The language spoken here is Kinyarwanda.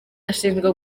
ashinjwa